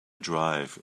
drive